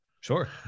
Sure